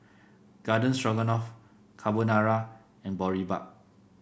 Garden Stroganoff Carbonara and Boribap